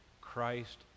Christ